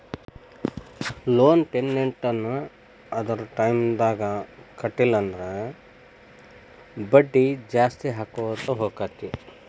loan payment ನ್ನ ಅದರ್ ಟೈಮ್ದಾಗ್ ಕಟ್ಲಿಲ್ಲಂದ್ರ ಬಡ್ಡಿ ಜಾಸ್ತಿಅಕ್ಕೊತ್ ಹೊಕ್ಕೇತಿ